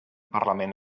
parlament